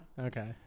Okay